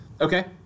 Okay